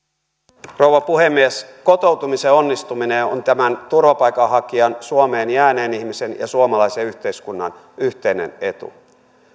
arvoisa rouva puhemies kotoutumisen onnistuminen on tämän turvapaikanhakijan suomeen jääneen ihmisen ja suomalaisen yhteiskunnan yhteinen etu